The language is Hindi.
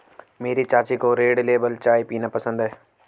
मेरी चाची को रेड लेबल चाय पीना पसंद है